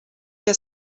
que